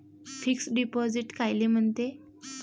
Fix deposit कायले म्हनते?